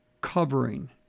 covering